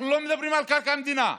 אנחנו לא מדברים על קרקע מדינה,